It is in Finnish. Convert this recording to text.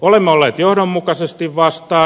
olemme olleet johdonmukaisesti vastaan